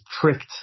tricked